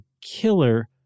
killer